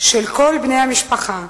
של כל בני המשפחה,